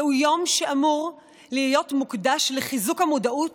זהו יום שאמור להיות מוקדש לחיזוק המודעות